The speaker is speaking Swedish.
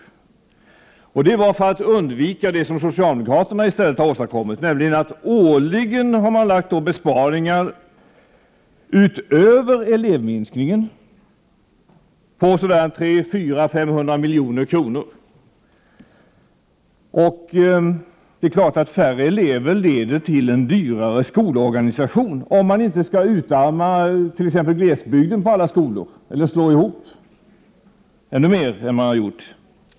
Detta gjorde vi för att undvika det som socialdemokraterna i stället har åstadkommit. Årligen har man nämligen gjort besparingar - utöver vad som motsvaras av minskningen av antalet elever — på 300, 400 eller 500 milj.kr. Det är klart att färre elever leder till en dyrare skolorganisation, om man inte helt skall utarma glesbygden på skolor eller slå ihop skolor i ännu större utsträckning än man har gjort.